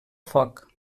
foc